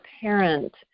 parent